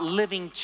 living